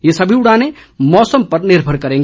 ये सभी उड़ाने मौसम पर निर्भर करेगी